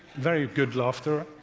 very good laughter,